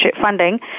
funding